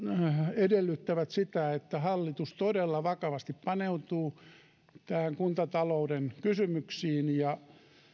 edellyttävät sitä että hallitus todella vakavasti paneutuu kuntatalouden kysymyksiin ja